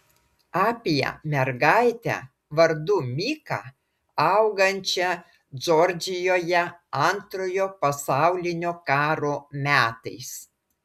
apie mergaitę vardu miką augančią džordžijoje antrojo pasaulinio karo metais